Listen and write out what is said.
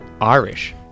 Irish